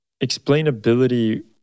explainability